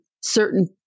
certain